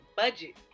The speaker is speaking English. budget